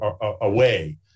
away